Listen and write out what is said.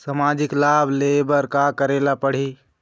सामाजिक लाभ ले बर का करे ला पड़ही?